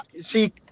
See